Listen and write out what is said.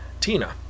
Tina